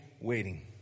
waiting